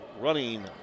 running